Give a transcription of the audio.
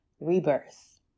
rebirth